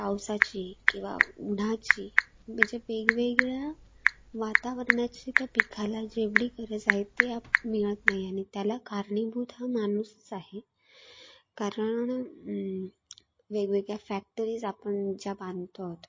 पावसाची किंवा उन्हाची म्हणजे वेगवेगळ्या वातावरणाची त्या पिकाला जेवढी गरज आहे ते आप मिळत नाही आणि त्याला कारणीभूत हा माणूसच आहे कारण वेगवेगळ्या फॅक्टरीज आपण ज्या बांधतो आहोत